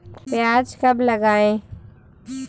प्याज कब लगाएँ?